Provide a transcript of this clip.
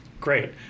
great